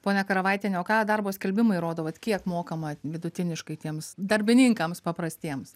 ponia karavaitiene o ką darbo skelbimai rodo vat kiek mokama vidutiniškai tiems darbininkams paprastiems